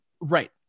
right